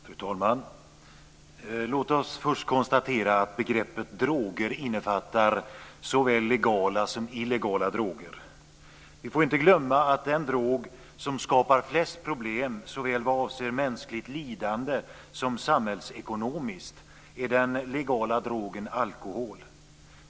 Fru talman! Låt oss först konstatera att begreppet droger innefattar såväl legala som illegala droger. Vi får inte glömma att den drog som skapar flest problem såväl vad avser mänskligt lidande som samhällsekonomiskt är den legala drogen alkohol.